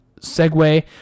segue